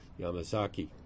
Yamazaki